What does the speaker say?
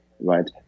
Right